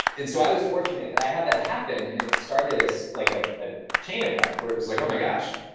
and so i was fortunate that i had that happen. and it started as like a ah chain effect, where it was like, oh my gosh.